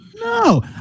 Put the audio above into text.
no